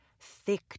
Thick